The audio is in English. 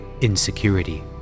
insecurity